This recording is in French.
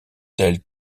telles